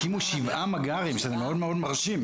הקימו שם שבעה מג״רים, שזה מאוד מאוד מרשים.